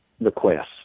requests